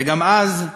וגם אז,